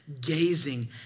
gazing